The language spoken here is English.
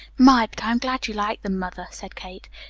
my, but i'm glad you like them, mother, said kate.